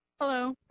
Hello